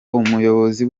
umuyobozi